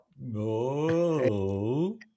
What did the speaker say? No